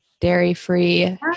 dairy-free